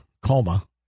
coma